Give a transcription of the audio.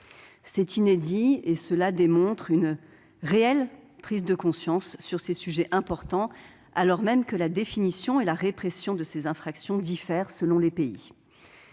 C'est inédit et cela démontre une réelle prise de conscience sur ces sujets importants, alors même que la définition et la répression de ces infractions diffèrent selon les pays.